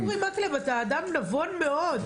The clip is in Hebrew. אורי מקלב, אתה אדם נבון מאוד.